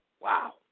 Wow